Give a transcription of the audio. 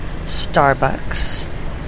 Starbucks